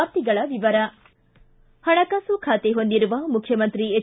ವಾರ್ತೆಗಳ ವಿವರ ಹಣಕಾಸು ಖಾತೆ ಹೊಂದಿರುವ ಮುಖ್ಯಮಂತ್ರಿ ಎಚ್